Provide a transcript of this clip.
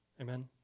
Amen